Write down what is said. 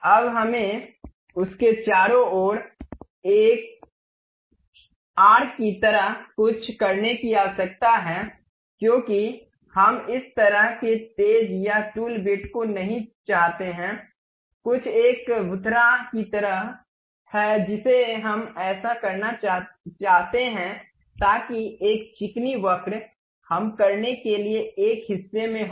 अब हमें उसके चारों ओर एक चाप की तरह कुछ करने की आवश्यकता है क्योंकि हम इस तरह के तेज या टूल बिट को नहीं चाहते हैं कुछ एक भुथरा की तरह है जिसे हम ऐसा करना चाहते हैं ताकि एक चिकनी वक्र हम करने के लिए एक हिस्से में हो